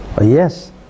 Yes